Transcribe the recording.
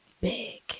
big